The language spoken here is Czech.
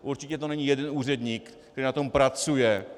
Určitě to není jeden úředník, který na tom pracuje.